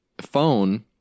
phone